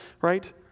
right